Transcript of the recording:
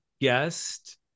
guest